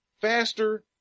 faster